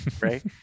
Right